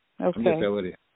Okay